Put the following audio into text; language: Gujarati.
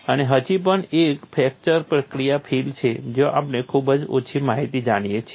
અને હજી પણ એક ફ્રેક્ચર પ્રક્રિયા ફીલ્ડ છે જ્યાં આપણે ખૂબ ઓછી માહિતી જાણીએ છીએ